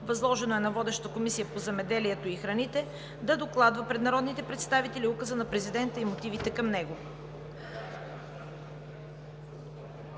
Възложено е на водещата Комисия по земеделието и храните да докладва пред народните представители Указа на Президента и мотивите към него.